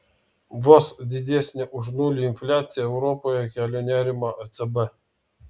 vos didesnė už nulį infliacija europoje kelia nerimą ecb